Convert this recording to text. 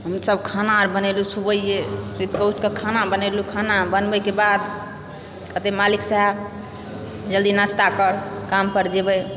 हमसब खाना आर बनेलहुँ सुबहिए सुतिकऽउठिकऽ खाना बनेलहुँ खाना बनबैके बाद कहतै मालिक साहब जल्दी नास्ता कर काम पर जेबै